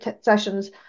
sessions